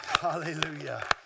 Hallelujah